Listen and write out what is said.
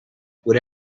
would